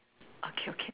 okay okay